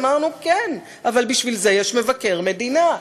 אמרנו: כן, אבל בשביל זה יש מבקר המדינה.